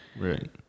Right